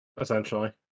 Essentially